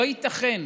לא ייתכן